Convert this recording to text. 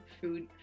food